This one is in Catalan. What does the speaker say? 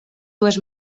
dues